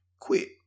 quit